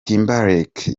timberlake